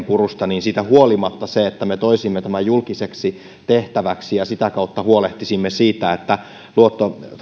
purusta että siitä huolimatta se että me toisimme tämän julkiseksi tehtäväksi ja sitä kautta huolehtisimme siitä että